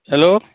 hello